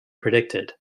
predicted